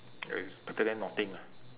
uh it's better than nothing lah